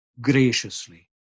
graciously